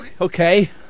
okay